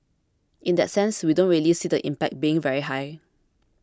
in that sense we don't really see the impact being very high